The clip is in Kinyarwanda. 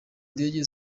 ndege